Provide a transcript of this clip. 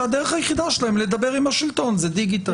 שהדרך היחידה שלהם לדבר עם השלטון זה דיגיטל.